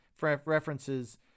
references